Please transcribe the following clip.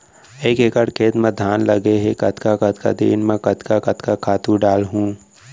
एक एकड़ खेत म धान लगे हे कतका कतका दिन म कतका कतका खातू डालहुँ?